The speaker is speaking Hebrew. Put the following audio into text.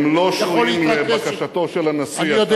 הם לא שועים לבקשתו של הנשיא,